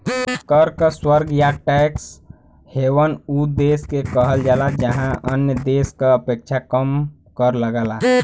कर क स्वर्ग या टैक्स हेवन उ देश के कहल जाला जहाँ अन्य देश क अपेक्षा कम कर लगला